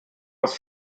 aus